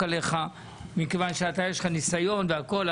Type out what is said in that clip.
מכיוון שאתה יש לך ניסיון והכל,